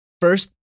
First